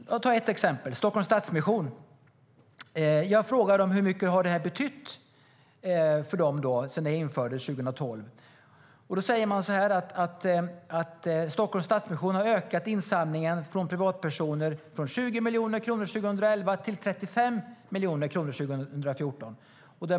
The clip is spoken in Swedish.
Låt mig ta exemplet Stockholms Stadsmission. Jag frågade hur mycket skattereduktionen betytt för Stockholms Stadsmission sedan den infördes 2012. Man svarade att man har ökat insamlingen från privatpersoner från 20 miljoner kronor 2011 till 35 miljoner kronor 2014.